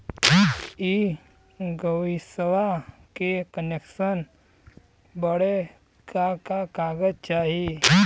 इ गइसवा के कनेक्सन बड़े का का कागज चाही?